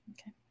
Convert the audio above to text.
Okay